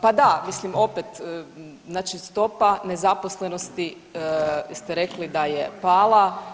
Pa da, mislim opet znači stopa nezaposlenosti ste rekli da je pala.